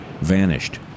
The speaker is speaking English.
vanished